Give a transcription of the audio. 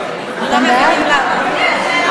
יש עתיד בעד.